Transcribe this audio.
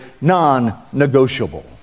non-negotiable